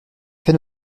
fait